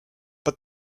but